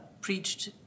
preached